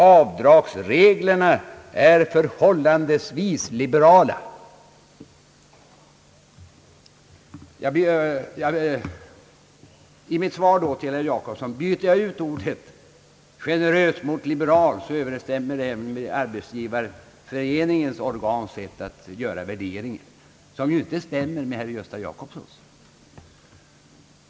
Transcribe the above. Avdragsreglerna är förhållandevis liberala.» Om jag i mitt svar till herr Gösta Jacobsson byter ut ordet »generös» mot ordet »liberal» så kommer det att överensstämma med tidningen Arbetsgivarens värdering, vilket ju inte överensstämmer med herr Jacobssons.